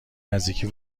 نزدیکی